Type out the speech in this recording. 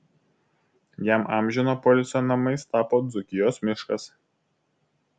jam amžino poilsio namais tapo dzūkijos miškas